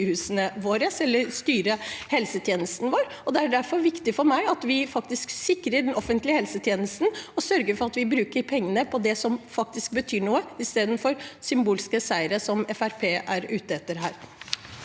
styre helsetjenesten vår. Det er derfor viktig for meg at vi faktisk sikrer den offentlige helsetjenesten og sørger for at vi bruker pengene på det som faktisk betyr noe, i stedet for på symbolske seire som Fremskrittspartiet er